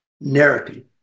narrative